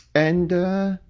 and, ah.